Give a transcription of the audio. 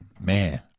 man